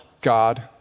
God